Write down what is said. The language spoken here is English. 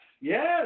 Yes